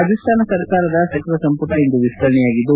ರಾಜಸ್ಥಾನ ಸರ್ಕಾರದ ಸಚಿವ ಸಂಪುಟ ಇಂದು ವಿಸ್ತರಣೆಯಾಗಿದ್ದು